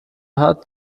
hat